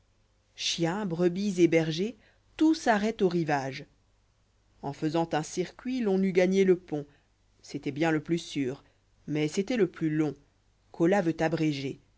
chien brebis et berger touts'ârrête au rivage i en faisant un circuit l'on eût gagné le pont c'était bien le plus sûr mais c'était le plus long j colas veut abréger